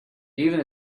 even